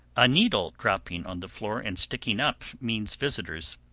a needle dropping on the floor and sticking up means visitors.